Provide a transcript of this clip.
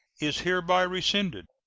is hereby rescinded.